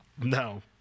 No